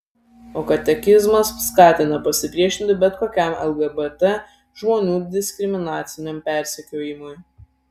o katekizmas skatina pasipriešinti bet kokiam lgbt žmonių diskriminaciniam persekiojimui